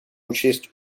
учесть